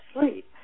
sleep